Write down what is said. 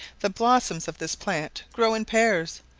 the blossoms of this plant grow in pairs,